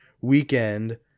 Weekend